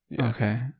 Okay